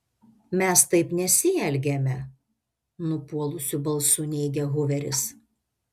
mes taip nesielgiame nupuolusiu balsu neigia huveris